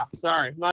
sorry